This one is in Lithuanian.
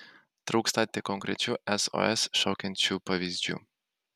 trūkstą tik konkrečių sos šaukiančių pavyzdžių